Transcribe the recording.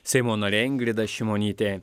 seimo narė ingrida šimonytė